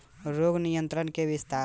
रोग नियंत्रण के विस्तार जानकरी देल जाई?